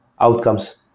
outcomes